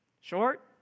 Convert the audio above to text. Short